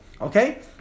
okay